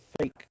fake